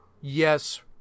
Yes